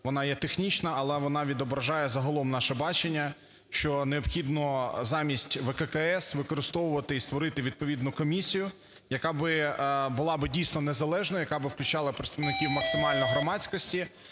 вона є технічна, але вона відображає загалом наше бачення, що необхідно замість ВККС використовувати і створити відповідну комісію, яка би була би, дійсно, незалежною, яка би включала представників максимально громадськості.